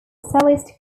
cellist